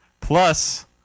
Plus